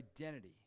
identity